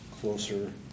closer